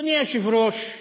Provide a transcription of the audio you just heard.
אדוני היושב-ראש,